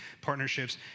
partnerships